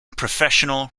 professional